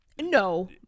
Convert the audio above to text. no